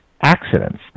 accidents